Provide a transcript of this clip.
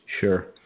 Sure